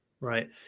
Right